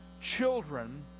children